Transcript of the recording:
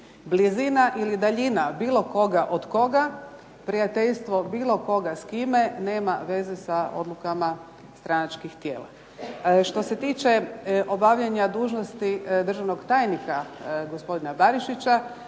Blizina ili daljina bilo koga od koga, prijateljstvo bilo koga s kime nema veze sa odlukama stranačkih tijela. Što se tiče obavljanja dužnosti državnog tajnika, gospodina Barišića,